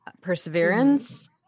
perseverance